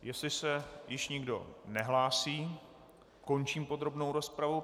Jestli se již nikdo nehlásí, končím podrobnou rozpravu.